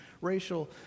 racial